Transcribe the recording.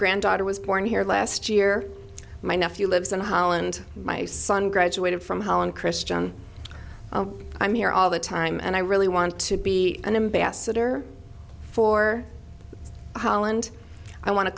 granddaughter was born here last year my nephew lives in holland my son graduated from holland christian i'm here all the time and i really want to be an ambassador for holland i want to